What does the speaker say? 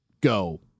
go